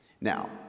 Now